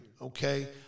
okay